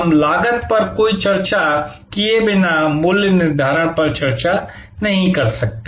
हम लागत पर कोई चर्चा किए बिना मूल्य निर्धारण पर चर्चा नहीं कर सकते